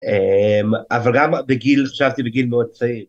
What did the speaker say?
אבל גם בגיל, חשבתי בגיל מאוד צעיר.